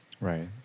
Right